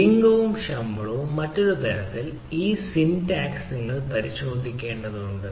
ലിംഗവും ശമ്പളവും മറ്റൊരു തരത്തിൽ ഈ സിൻടാക്സ് നിങ്ങൾ പരിശോധിക്കേണ്ടതുണ്ട്